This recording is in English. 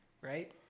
Right